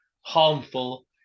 harmful